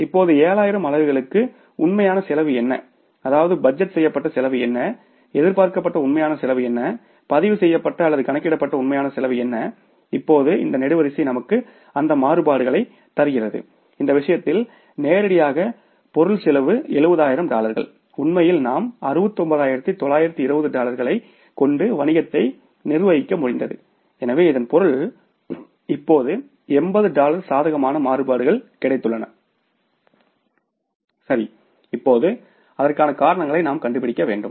இப்போது 7000 அலகுகளுக்கு உண்மையான செலவு என்ன அதாவது பட்ஜெட் செய்யப்பட்ட செலவு என்ன எதிர்பார்க்கப்பட்ட உண்மையான செலவு என்ன பதிவு செய்யப்பட்ட அல்லது கணக்கிடப்பட்ட உண்மையான செலவு என்ன இப்போது இந்த நெடுவரிசை நமக்கு அந்த மாறுபாடுகளைத் தருகிறது இந்த விஷயத்தில் நேரடியாக பொருள் செலவு 70000 டாலர்கள் உண்மையில் நாம் 69920 டாலர்களைக் கொண்டு வணிகத்தை நிர்வகிக்க முடிந்தது எனவே இதன் பொருள் இப்போது 80 டாலர் சாதகமான மாறுபாடுகள் கிடைத்துள்ளன சரி இப்போது அதற்கான காரணங்களை நாம் கண்டுபிடிக்க வேண்டும்